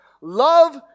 Love